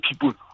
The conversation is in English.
people